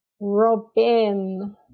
robin